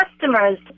customers